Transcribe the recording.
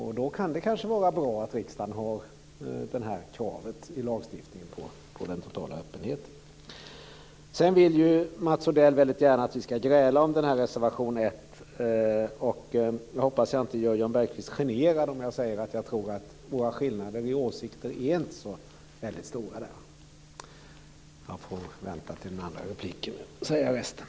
Och då kan det kanske vara bra att riksdagen har beslutat om detta krav i lagstiftningen på total öppenhet. Sedan vill Mats Odell väldigt gärna att vi ska gräla om reservation 1, och jag hoppas att jag inte gör Jan Bergqvist generad om jag säger att jag tror att våra skillnader i åsikter inte är så väldigt stora i detta sammanhang.